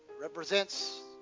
Represents